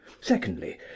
secondly